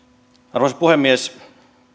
arvoisa puhemies